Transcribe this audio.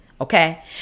Okay